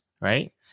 right